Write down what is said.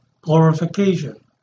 glorification